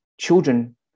children